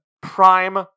prime